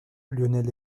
lionel